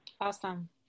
awesome